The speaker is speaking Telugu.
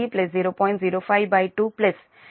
052ఇది ఒకటి 0